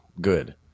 good